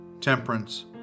temperance